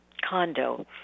condo